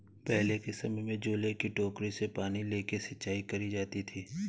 पहले के समय में झूले की टोकरी से पानी लेके सिंचाई करी जाती थी